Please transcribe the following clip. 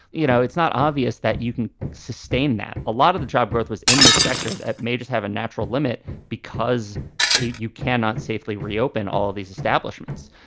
you know, it's not obvious that you can sustain that. a lot of the job growth was in this sector that may just have a natural limit because you cannot safely reopen all of these establishments.